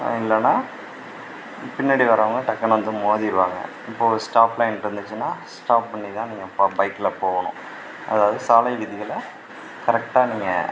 இல்லைன்னா பின்னாடி வரவங்க டக்குன்னு வந்து மோதிருவாங்க இப்போ ஸ்டாப் லைன்கிட்ட இருந்துச்சின்னா ஸ்டாப் பண்ணி தான் நீங்கள் போ பைக்கில் போகணும் அதாவது சாலை விதிகளை கரெக்டாக நீங்கள்